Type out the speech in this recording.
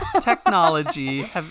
Technology